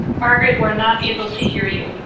margaret, we're not able to hear you.